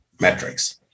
metrics